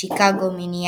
הגישו את הצעתן